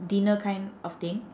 dinner kind of thing